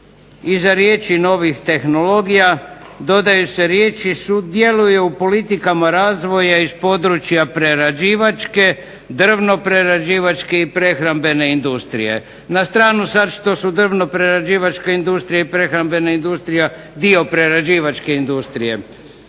iza riječi "novih tehnologija" dodaju se riječi "sudjeluje u politikama razvoja iz područja prerađivačke, drvno prerađivačke i prehrambene industrije" na stranu što su sada drvno prerađivačka i prehrambena industrija dio prerađivačke industrije.